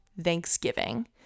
Thanksgiving